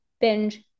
binge